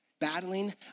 battling